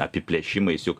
apiplėšimais juk